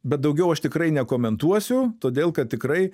bet daugiau aš tikrai nekomentuosiu todėl kad tikrai